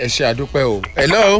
Hello